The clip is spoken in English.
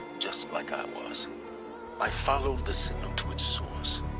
just like i um was i followed the signal to its source.